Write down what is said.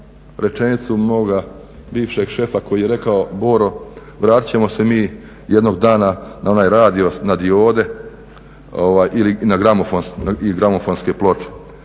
rečenicu moga bivšeg šefa koji je rekao Boro vratit ćemo se mi jednog dana na onaj radio na diode ili gramofonske ploče.